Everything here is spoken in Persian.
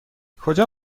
کجا